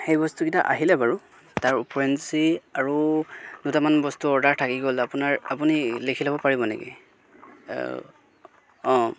সেই বস্তুকেইটা আহিলে বাৰু তাৰ ওপৰেঞ্চি আৰু দুটামান বস্তু অৰ্ডাৰ থাকি গ'ল আপোনাৰ আপুনি লিখি ল'ব পাৰিব নেকি অঁ